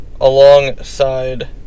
alongside